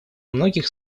многих